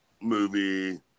movie